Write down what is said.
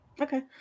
Okay